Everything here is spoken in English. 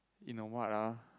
in a what ah